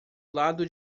lado